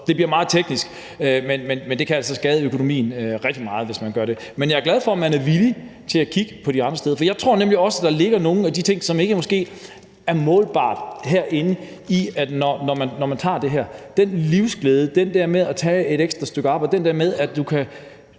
det bliver meget teknisk. Men det kan altså skade økonomien rigtig meget, hvis man gør det. Men jeg er glad for, at man er villig til at kigge på de andre steder. For jeg tror nemlig også, at der ligger nogle af de ting, som måske ikke er målbare herinde, når man tager det her, altså den livsglæde, den der med at tage et ekstra stykke arbejde, den der med, at du, når